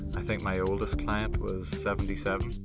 i think my oldest client was seventy seven.